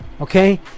okay